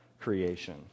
creation